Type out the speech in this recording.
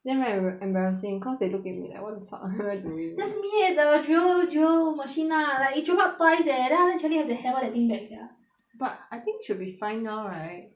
then right ver~ embarrassing cause they look at me like what the fuck what am I doing that's me eh the drill drill machine lah like it drop out twice eh then after that charlie have to hammer that thing back sia but I think should be fine now right